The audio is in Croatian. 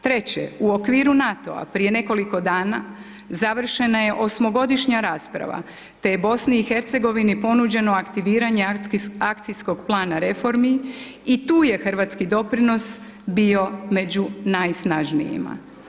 Treće, u okviru NAO-a prije nekoliko dana završena je osmogodišnja rasprava te je BiH-u ponuđeno aktiviranje akcijskog plana reformi i tu je hrvatski doprinos bio među najsnažnijima.